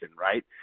Right